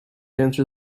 answer